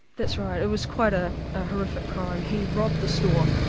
that's right. it was quite a ah horrific crime. he robbed the store,